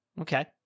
Okay